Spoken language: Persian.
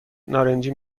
نارنجی